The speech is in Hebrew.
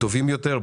טובים יותר,